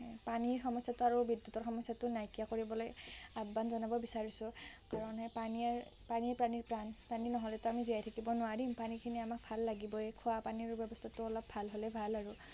পানীৰ সমস্যাটো আৰু বিদ্যুতৰ সমস্যাটো নাইকিয়া কৰিবলৈ আহ্বান জনাব বিচাৰিছোঁ কাৰণ এই পানীয়ে প্ৰাণীৰ প্ৰাণ পানী নহ'লেতো আমি জীয়াই থাকিব নোৱাৰিম পানীখিনি আমাক ভাল লাগিবই খোৱা পানীৰ ব্যৱস্থাটো অলপ ভাল হ'লে ভাল আৰু